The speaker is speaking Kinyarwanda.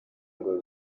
ngo